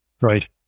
Right